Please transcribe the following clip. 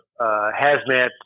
hazmat